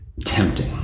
Tempting